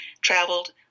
traveled